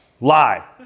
lie